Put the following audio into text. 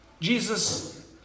Jesus